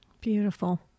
Beautiful